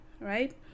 right